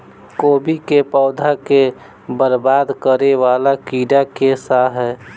कोबी केँ पौधा केँ बरबाद करे वला कीड़ा केँ सा है?